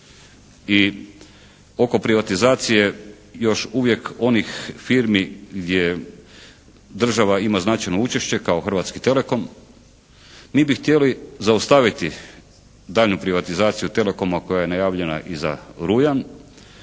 i oko privatizacije još uvijek onih firmi gdje država ima značajno učešće, kao Hrvatski telekom. Mi bi htjeli zaustaviti daljnju privatizaciju telekoma koja je najavljena i za rujan.